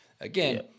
Again